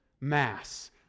mass